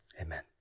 Amen